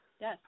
Yes